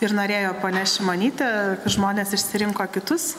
ir norėjo ponia šimonytė žmonės išsirinko kitus